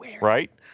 Right